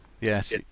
Yes